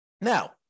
Now